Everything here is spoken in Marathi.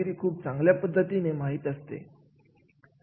म्हणजे एखादे कार्य कर्मचाऱ्यांमध्ये मालकीहक्क तयार करते का